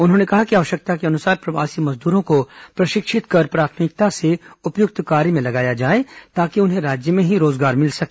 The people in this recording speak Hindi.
उन्होंने कहा कि आवश्यकतानुसार प्रवासी मजदूरों को प्रशिक्षित कर प्राथमिकता से उपयुक्त कार्य में लगाया जाए ताकि उन्हें राज्य में ही रोजगार मिल सके